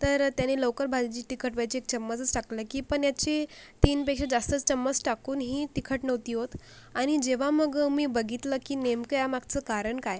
तर त्यानी लवकर भाजी तिखट व्हायची एक चम्मचच टाकला की पण याची तीनपेक्षा जास्तच चम्मच टाकूनही तिखट नव्हती होत आणि जेव्हा मग मी बघितलं की नेमकं यामागचं कारण काय